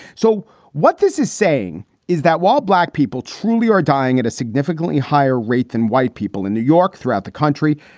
so what this is saying is that while black people truly are dying at a significantly higher rate than white people in new york, throughout the country,